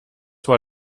war